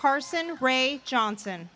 carson ray johnson